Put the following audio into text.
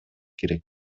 керек